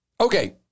Okay